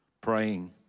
praying